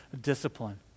discipline